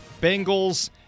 Bengals